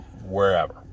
wherever